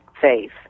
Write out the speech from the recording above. faith